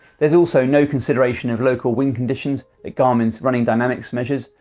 there's also no consideration of local wind conditions that garmin's running dynamics measures,